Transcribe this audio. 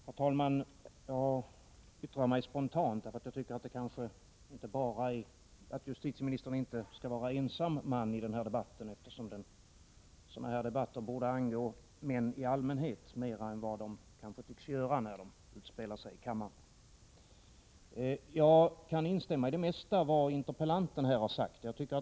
Herr talman! Jag yttrar mig spontant, därför att jag inte tycker att justitieministern skall vara ensam man i denna debatt. Sådana här debatter borde angå män i allmänhet, mer än vad de tycks göra när de utspelas här i kammaren. Jag kan instämma i det mesta av vad interpellanten här har sagt.